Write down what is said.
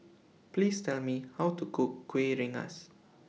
Please Tell Me How to Cook Kuih Rengas